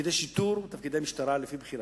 בתפקידי שיטור, בתפקידי משטרה, לפי בחירתם,